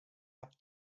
have